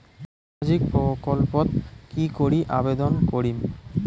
সামাজিক প্রকল্পত কি করি আবেদন করিম?